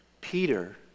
Peter